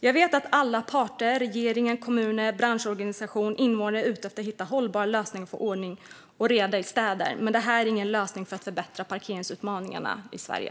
Jag vet att alla parter - regering, kommuner, branschorganisation och invånare - är ute efter att hitta hållbara lösningar för att få ordning och reda i städerna. Men det här är ingen lösning för parkeringsutmaningarna i Sverige.